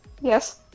Yes